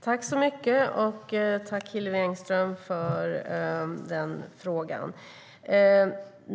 Herr talman! Tack, Hillevi Engström, för frågan!